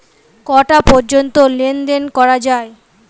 কটা পর্যন্ত লেন দেন করা য়ায়?